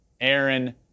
Aaron